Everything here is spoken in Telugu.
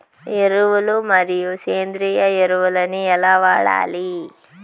ఎరువులు మరియు సేంద్రియ ఎరువులని ఎలా వాడాలి?